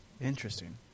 Interesting